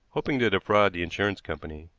hoping to defraud the insurance company.